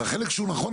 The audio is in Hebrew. והחלק שהוא נכון,